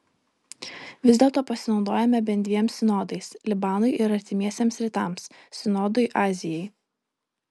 vis dėlto pasinaudojome bent dviem sinodais libanui ir artimiesiems rytams sinodui azijai